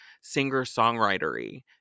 singer-songwritery